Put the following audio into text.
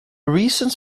reasons